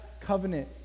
covenant